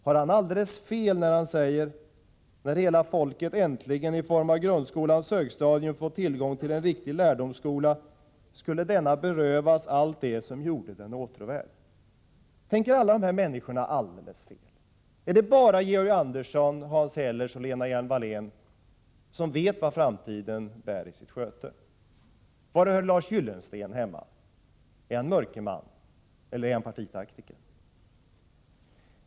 Har han alldeles fel när han säger att när hela folket äntligen i form av grundskolans högstadium får tillgång till en riktig lärdomsskola skulle denna berövas allt det som gjorde den åtråvärd? Tänker alla dessa människor alldeles fel? Är det bara Georg Andersson, Hans Hellers och Lena Hjelm-Wallén som vet vad framtiden bär i sitt sköte? Och var hör Lars Gyllensten hemma? Är han mörkerman, eller är han partitaktiker?